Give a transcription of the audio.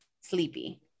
Sleepy